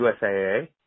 USAA